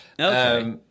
Okay